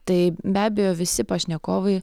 tai be abejo visi pašnekovai